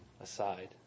aside